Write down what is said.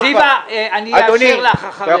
זיוה, אני אאפשר לך אחריו.